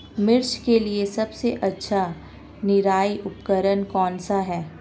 मिर्च के लिए सबसे अच्छा निराई उपकरण कौनसा है?